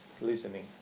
listening